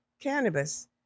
cannabis